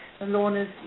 Lorna's